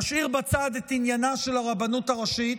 אשאיר בצד את עניינה של הרבנות הראשית.